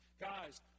Guys